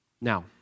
Now